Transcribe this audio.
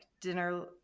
dinner